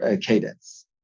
cadence